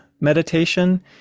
meditation